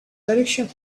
direction